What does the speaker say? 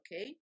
okay